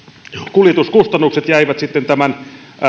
kuljetuskustannukset jäivät sitten tämän